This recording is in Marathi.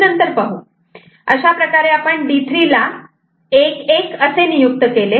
D1 अशाप्रकारे आपण D3 ला 11 असे नियुक्त केले